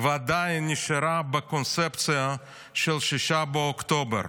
ועדיין נשארה בקונספציה של 6 באוקטובר.